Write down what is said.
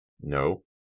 No